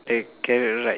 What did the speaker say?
the carrot right